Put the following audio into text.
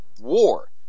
war